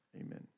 Amen